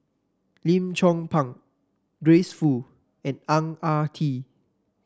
Lim Chong Pang Grace Fu and Ang Ah Tee